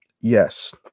Yes